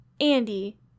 Andy